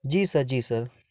जी sir जी sir